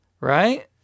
Right